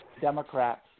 Democrats